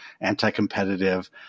anti-competitive